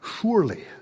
surely